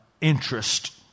interest